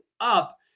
up